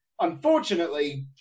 unfortunately